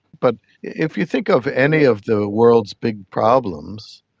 but if you think of any of the world's big problems,